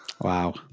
Wow